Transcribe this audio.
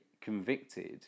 convicted